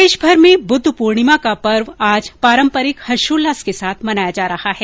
प्रदेशभर में बुद्ध पूर्णिमा का पर्व पारम्परिक हर्षोल्लास के साथ मनाया जा रहा है